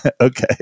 Okay